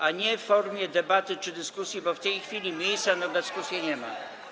a nie w formie debaty czy dyskusji, bo w tej chwili miejsca na dyskusję nie ma.